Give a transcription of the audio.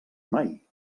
mai